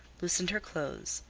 loosened her clothes,